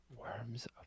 worms